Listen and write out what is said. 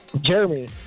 Jeremy